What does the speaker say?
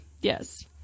Yes